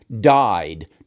died